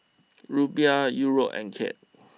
Rupiah Euro and Kyat